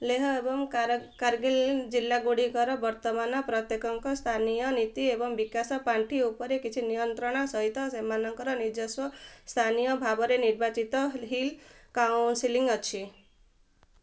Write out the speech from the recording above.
ଲେହ ଏବଂ କାରଗିଲ ଜିଲ୍ଲାଗୁଡ଼ିକର ବର୍ତ୍ତମାନ ପ୍ରତ୍ୟେକଙ୍କର ସ୍ଥାନୀୟ ନୀତି ଏବଂ ବିକାଶ ପାଣ୍ଠି ଉପରେ କିଛି ନିୟନ୍ତ୍ରଣ ସହିତ ସେମାନଙ୍କର ନିଜସ୍ୱ ସ୍ଥାନୀୟ ଭାବରେ ନିର୍ବାଚିତ ହିଲ୍ କାଉନସିଲିଙ୍ଗ ଅଛି